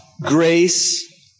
grace